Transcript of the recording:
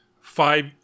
five